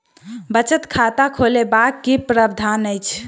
बचत खाता खोलेबाक की प्रावधान अछि?